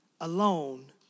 alone